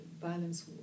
violence